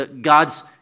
God's